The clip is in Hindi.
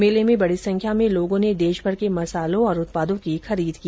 मेले में बडी संख्या में लोगों ने देशभर के मसालों और उत्पादों की खरीद की